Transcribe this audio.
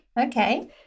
Okay